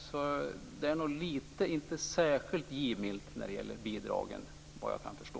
Så det är nog inte särskilt givmilt när det gäller bidragen, vad jag kan förstå.